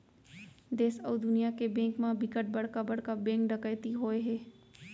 देस अउ दुनिया के बेंक म बिकट बड़का बड़का बेंक डकैती होए हे